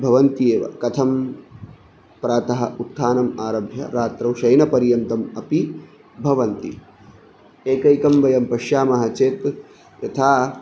भवन्त्येव कथं प्रातः उत्थानम् आरभ्य रात्रौ शयनपर्यन्तम् अपि भवन्ति एकैकं वयं पश्यामः चेत् यथा